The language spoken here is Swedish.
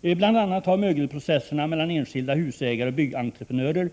Bl. a. har mögelprocesserna mellan enskilda husägare och byggentreprenörer